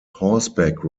horseback